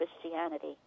Christianity